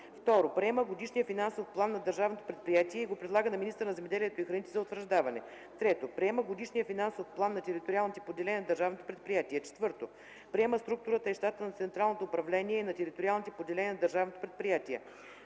2. приема годишния финансов план на държавното предприятие и го предлага на министъра на земеделието и храните за утвърждаване; 3. приема годишния финансов план на териториалните поделения на държавното предприятие; 4. приема структурата и щата на централното управление и на териториалните поделения на държавното предприятие;